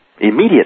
Immediately